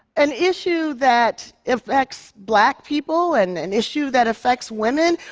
an issue that affects black people and an issue that affects women,